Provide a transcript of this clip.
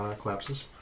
collapses